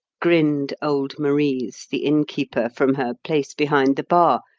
grinned old marise, the innkeeper, from her place behind the bar,